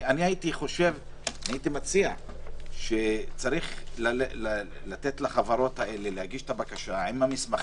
אני מציע לתת לחברות האלה להגיש את הבקשה עם המסמכים,